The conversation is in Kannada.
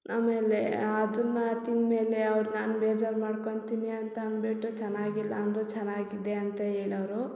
ಆಮೇಲೆ ಅದನ್ನು ತಿಂದ್ಮೇಲೆ ಅವ್ರು ನಾನು ಬೇಜಾರು ಮಾಡ್ಕೊತಿನಿ ಅಂತ ಅಂದುಬಿಟ್ಟು ಚೆನ್ನಾಗಿಲ್ಲ ಅಂದರೂ ಚೆನ್ನಾಗಿದೆ ಅಂತ ಹೇಳೋರು